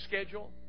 schedule